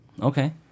Okay